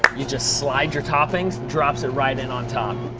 you just slide your toppings. drops it right in on top.